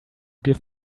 give